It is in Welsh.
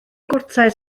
gwrtais